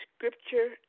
Scripture